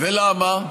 ולמה?